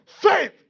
faith